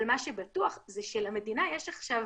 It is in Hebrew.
אבל מה שבטוח הוא שלמדינה יש עכשיו